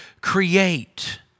create